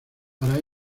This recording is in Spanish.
para